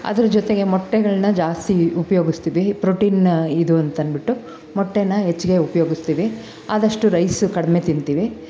ಅದರ ಜೊತೆಗೆ ಮೊಟ್ಟೆಗಳನ್ನ ಜಾಸ್ತಿ ಉಪ್ಯೋಗಿಸ್ತೀವಿ ಪ್ರೋಟೀನ್ ಇದು ಅಂತನ್ಬಿಟ್ಟು ಮೊಟ್ಟೆನ ಹೆಚ್ಚಿಗೆ ಉಪ್ಯೋಗಿಸ್ತೀವಿ ಆದಷ್ಟು ರೈಸ ಕಡಿಮೆ ತಿಂತೀವಿ